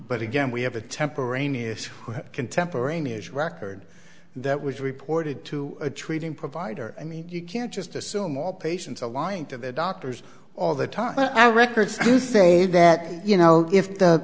but again we have a temper a near contemporaneous record that was reported to a treating provider i mean you can't just assume all patients the lying to the doctors all the time but i record to say that you know if the